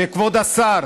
שכבוד השר,